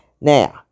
Now